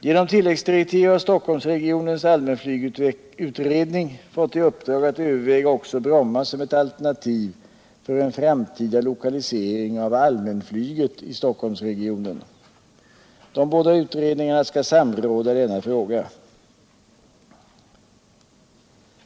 Genom tilläggsdirektiv har Stockholmsregionens allmänflygutredning fått i uppdrag att överväga också Bromma som ett alternativ för en framtida lokalisering av allmänflyget i Stockholmsregionen. De båda utredningarna skall samråda i denna fråga.